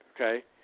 okay